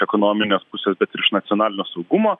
ekonominės pusės bet ir iš nacionalinio saugumo